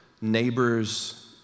neighbors